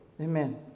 Amen